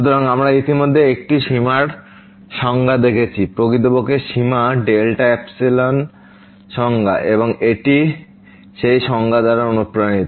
সুতরাং আমরা ইতিমধ্যে একটি সীমার সংজ্ঞা দেখেছি প্রকৃতপক্ষে সীমা ডেল্টা অ্যাপসিলন সংজ্ঞা এবং এটি সেই সংজ্ঞা দ্বারা অনুপ্রাণিত